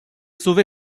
sauvé